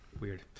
Weird